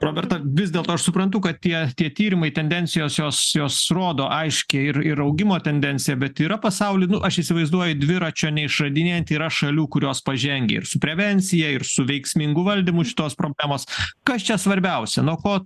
roberta vis dėlto aš suprantu kad tie tie tyrimai tendencijos jos jos rodo aiškią ir ir augimo tendenciją bet yra pasauly aš įsivaizduoju dviračio neišradinėjant yra šalių kurios pažengė ir su prevencija ir su veiksmingu valdymu šitos problemos kas čia svarbiausia nuo ko